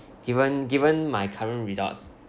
given given my current results